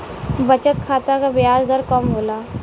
बचत खाता क ब्याज दर कम होला